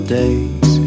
days